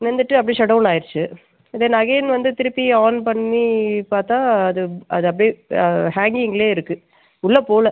நின்றுட்டு அப்படியே shut down ஆகிருச்சி தென் அகைன் வந்து திருப்பி ஆன் பண்ணி பார்த்தா அது அது அப்படியே ஹேங்கிங்கிலே இருக்குது உள்ளே போகல